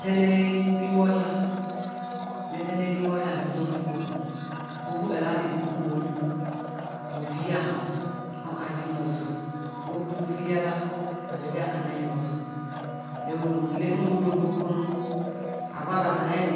nzele nmohia meze nu ime ohia ze zo ovu buku gbegbu-ala the buku nu elu beh ovia apah bia bah kana ayi nu oro ayi ghe ayi